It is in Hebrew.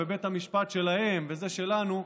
ובית המשפט שלהם וזה שלנו,